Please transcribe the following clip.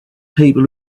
people